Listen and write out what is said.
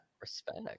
respect